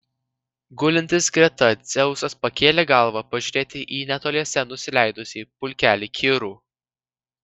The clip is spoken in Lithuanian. gulintis greta dzeusas pakėlė galvą pažiūrėti į netoliese nusileidusį pulkelį kirų